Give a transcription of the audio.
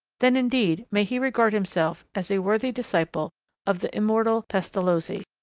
then indeed may he regard himself as a worthy disciple of the immortal pestalozzi.